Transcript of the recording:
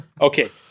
Okay